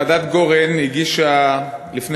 ועדת גורן הגישה לפני